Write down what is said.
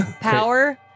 Power